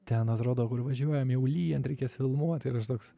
ten atrodo kur važiuojam jau lyjant reikės filmuot ir aš toks